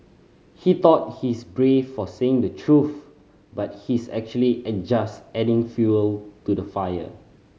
he thought he's brave for saying the truth but he's actually just adding fuel to the fire